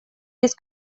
без